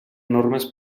normes